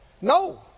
No